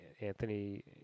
Anthony